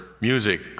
music